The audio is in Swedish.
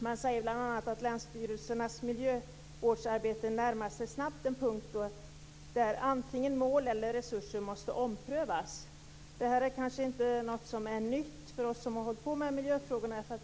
Man säger bl.a. att länsstyrelsernas miljövårdsarbete snabbt närmar sig en punkt där antingen mål eller resurser måste omprövas. Detta är kanske ingenting nytt för oss som håller på med miljöfrågor.